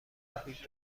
محیط